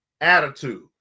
attitude